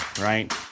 right